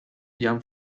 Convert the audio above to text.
ham